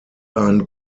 einen